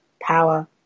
power